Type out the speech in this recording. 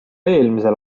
eelmisel